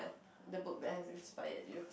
the book that have inspired you